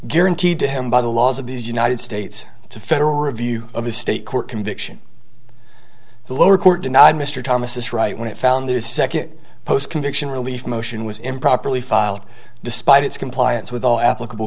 guaranteed to him by the laws of these united states to federal review of a state court conviction the lower court denied mr thomas is right when it found that his second post conviction relief motion was improperly filed despite its compliance with all applicable